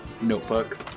notebook